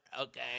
okay